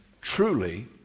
truly